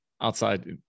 outside